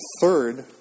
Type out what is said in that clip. third